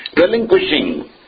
relinquishing